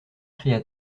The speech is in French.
cria